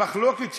המחלוקת שלי,